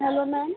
hello ma'am